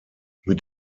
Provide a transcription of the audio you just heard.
mit